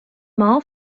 mall